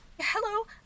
Hello